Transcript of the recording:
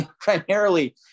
primarily